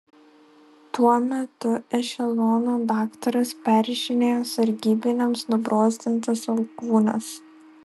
tuo metu ešelono daktaras perrišinėjo sargybiniams nubrozdintas alkūnes